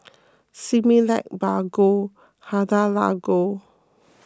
Similac Bargo Hada Labo